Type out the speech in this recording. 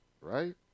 Right